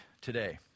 today